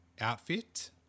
outfit